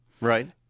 Right